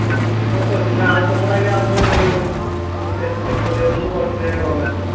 ହଁ ରିପୋର୍ଟ୍ ତ ଅଛି ନା ତମର ଆଜ୍ଞା ଆଉଥରେ ଟେଷ୍ଟ୍ ଫେଷ୍ଟ୍ ମୁଁ ତ କରିଥିଲେ ଆଜ୍ଞା ଗଭ୍ମେଣ୍ଟର